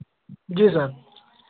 जी sir